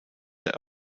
der